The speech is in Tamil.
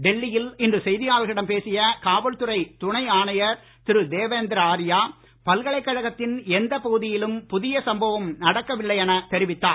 டெல்லியில் இன்று செய்தியாளர்களிடம் பேசிய காவல் துறை துணை ஆணையர் திரு தேவேந்திர ஆரியா பல்கலைக்கழகத்தின் எந்த பகுதியிலும் புதிய சம்பவம் நடக்கவில்லை என்று தெரிவித்தார்